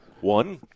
One